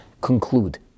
conclude